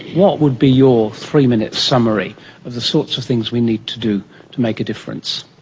what would be your three-minute summary of the sorts of things we need to do to make a difference?